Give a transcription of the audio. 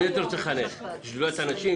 את מי אתה רוצה לחנך את שדולת הנשים,